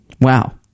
Wow